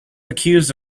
accused